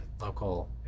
local